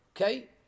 okay